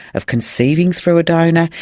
of conceiving through a donor,